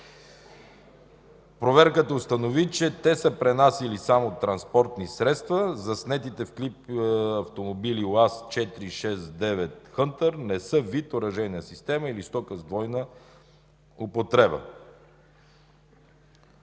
Проверката установи, че те са пренасяли само транспортни средства. Заснетите в клип автомобили „УАЗ 469 – Хънтър”, не са вид оръжейна система или стока с бойна употреба.